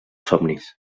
somnis